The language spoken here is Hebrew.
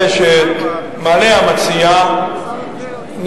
שר המשפטים,